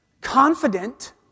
Confident